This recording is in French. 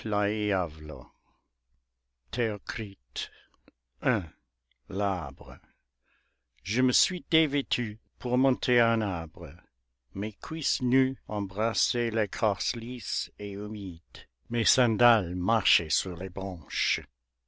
l'arbre je me suis dévêtue pour monter à un arbre mes cuisses nues embrassaient l'écorce lisse et humide mes sandales marchaient sur les branches